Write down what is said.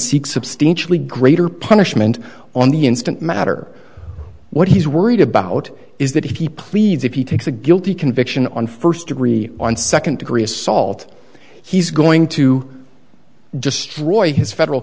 seek substantially greater punishment on the instant matter what he's worried about is that he pleads if he takes a guilty conviction on first degree on second degree assault he's going to destroy his federal